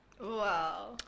Wow